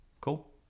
Cool